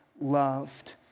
loved